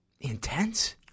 Intense